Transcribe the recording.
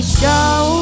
show